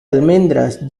almendras